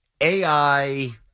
AI